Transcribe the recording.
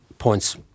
points